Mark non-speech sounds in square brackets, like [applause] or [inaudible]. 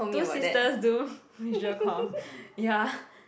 two sisters do [laughs] visual comm ya